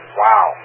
wow